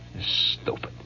Stupid